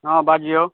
हँ बाजियौ